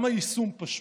גם היישום פשוט: